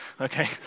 Okay